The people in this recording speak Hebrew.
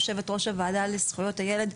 יושבת-ראש הוועדה לזכויות הילד,